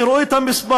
תראו את המספר,